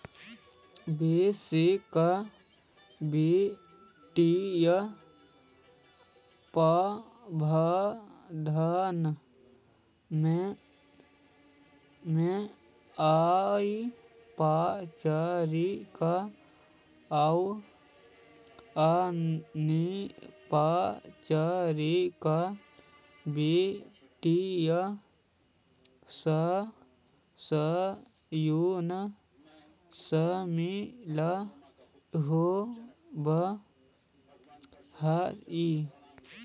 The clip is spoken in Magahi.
वैश्विक वित्तीय प्रबंधन में औपचारिक आउ अनौपचारिक वित्तीय संस्थान शामिल होवऽ हई